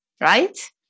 right